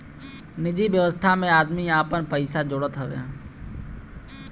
निजि व्यवस्था में आदमी आपन पइसा जोड़त हवे